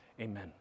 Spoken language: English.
Amen